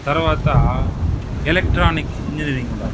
తర్వాత electronic engineering ఉన్నారు